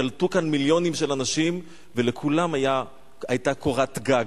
קלטו כאן מיליונים של אנשים ולכולם היתה קורת גג,